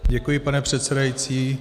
Děkuji, pane předsedající.